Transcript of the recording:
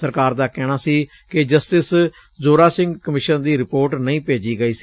ਸਰਕਾਰ ਦਾ ਕਹਿਣਾ ਸੀ ਕਿ ਜਸਟਿਸ ਜੋਰਾ ਸਿੰਘ ਕਮਿਸ਼ਨ ਦੀ ਰਿਪੋਰਟ ਨਹੀਂ ਭੇਜੀ ਗਈ ਸੀ